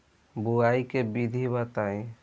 बुआई के विधि बताई?